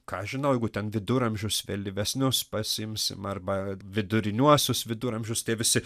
ką aš žinau jeigu ten viduramžius vėlyvesnius pasiimsim arba viduriniuosius viduramžius tie visi